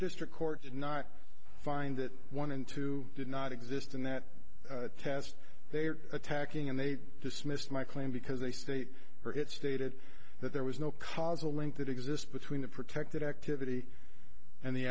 district court did not find that one and two did not exist in that test they are attacking and they dismissed my claim because they state or it stated that there was no causal link that exists between the protected activity and the